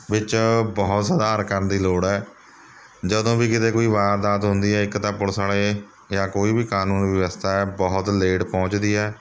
ਵਿੱਚ ਬਹੁਤ ਸੁਧਾਰ ਕਰਨ ਦੀ ਲੋੜ ਹੈ ਜਦੋਂ ਵੀ ਕਿਤੇ ਕੋਈ ਵਾਰਦਾਤ ਹੁੰਦੀ ਹੈ ਇੱਕ ਤਾਂ ਪੁਲਿਸ ਵਾਲੇ ਜਾਂ ਕੋਈ ਵੀ ਕਾਨੂੰਨ ਵਿਵਸਥਾ ਹੈ ਬਹੁਤ ਲੇਟ ਪਹੁੰਚਦੀ ਹੈ